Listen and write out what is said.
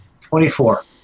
Twenty-four